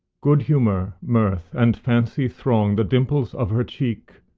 good-humor, mirth, and fancy throng the dimples of her cheek,